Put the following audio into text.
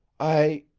i.